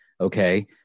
okay